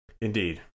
Indeed